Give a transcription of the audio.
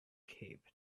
cape